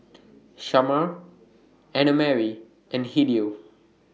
Shamar Annamarie and Hideo